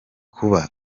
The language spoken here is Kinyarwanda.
kuba